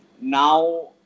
now